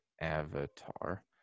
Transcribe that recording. Avatar